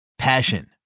Passion